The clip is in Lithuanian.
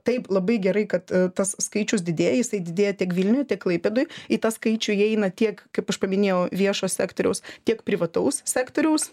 taip labai gerai kad tas skaičius didėja jisai didėja tiek vilniuj klaipėdoj į tą skaičių įeina tiek kaip aš paminėjau viešo sektoriaus tiek privataus sektoriaus